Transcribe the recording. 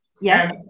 Yes